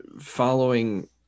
following